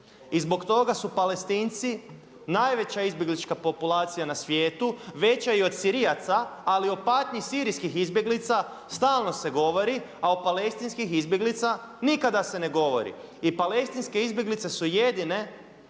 I zbog toga su Palestinci najveća izbjeglička populacija na svijetu, veća i od Sirijaca. Ali o patnji Sirijskih izbjeglica stalno se govori, a o palestinskih izbjeglica nikada se ne govori. I palestinske izbjeglice su jedine